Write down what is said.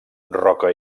roca